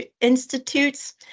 institutes